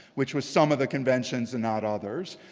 which was some of the conventions and not others.